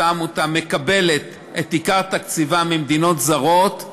אותה עמותה מקבלת את עיקר תקציבה ממדינות זרות,